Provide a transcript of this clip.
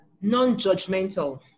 non-judgmental